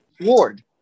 Ward